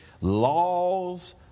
laws